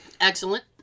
Excellent